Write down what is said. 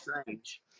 strange